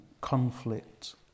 conflict